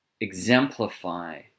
exemplify